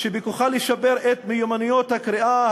שבכוחה לשפר את מיומנויות הקריאה,